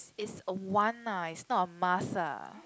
it's a want a it's not a must ah